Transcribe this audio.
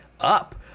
up